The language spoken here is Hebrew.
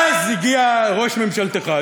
ואז הגיע ראש ממשלתך,